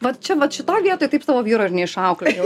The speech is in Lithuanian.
vat čia vat šitoj vietoj taip savo vyro ir neišauklėjau